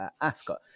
Ascot